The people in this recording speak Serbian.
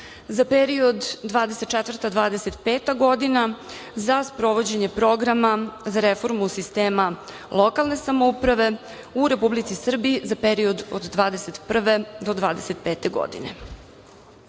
za period od 2024. do 2025. godine za sprovođenje programa za reformu sistema lokalne samouprave u Republici Srbiji za period od 2021. do